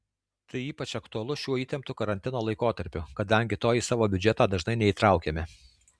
tai ypač aktualu šiuo įtemptu karantino laikotarpiu kadangi to į savo biudžetą dažnai neįtraukiame